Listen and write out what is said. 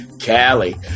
Cali